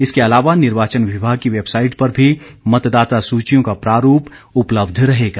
इसके अलावा निर्वाचन विभाग की वैबसाइट पर भी मतदाता सूचियों का प्रारूप उपलब्ध रहेगा